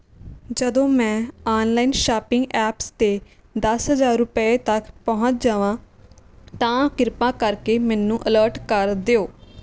ਜਦੋਂ ਮੈਂ online shopping apps 'ਤੇ ਦਸ ਹਜ਼ਾਰ ਰੁਪਏ ਤੱਕ ਪਹੁੰਚ ਜਾਵਾਂ ਤਾਂ ਕਿਰਪਾ ਕਰਕੇ ਮੈਨੂੰ ਅਲਰਟ ਕਰ ਦਿਓ